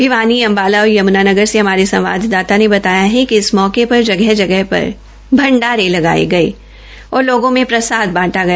भिवानी अम्बाला और यमुनानगर से हमारे संवाददाता ने बताया है कि इस मौके शर जगह जगह भंडारे लगाये गये और लोगों को प्रसाद बांटा गया